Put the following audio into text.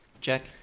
jack